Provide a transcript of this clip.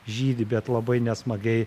žydi bet labai nesmagiai